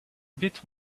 bit